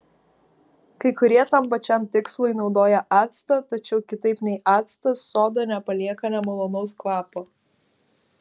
kai kurie tam pačiam tikslui naudoja actą tačiau kitaip nei actas soda nepalieka nemalonaus kvapo